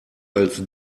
als